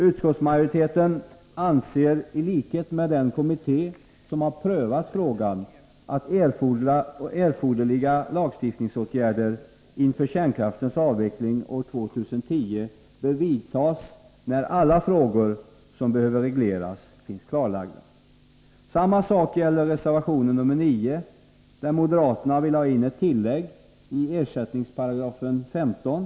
Utskottsmajoriteten anser i likhet med den kommitté som har prövat ärendet att erforderliga lagstiftningsåtgärder inför kärnkraftens avveckling år 2010 bör vidtas när alla frågor som behöver regleras finns klarlagda. Samma sak gäller reservation nr 9, enligt vilken moderaterna vill ha in ett tillägg i ersättningsparagrafen, § 15.